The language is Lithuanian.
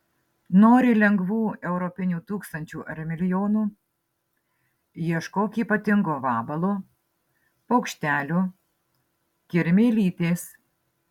nori lengvų europinių tūkstančių ar milijonų ieškok ypatingo vabalo paukštelio kirmėlytės